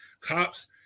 cops